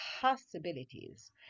possibilities